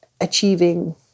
achieving